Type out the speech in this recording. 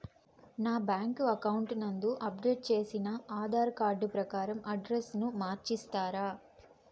నా bank account నందు update చేసిన ఆధార్ కార్డు ప్రకారం అడ్రస్ ను మార్చిస్తారా?